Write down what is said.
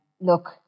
Look